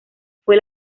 fue